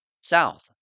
south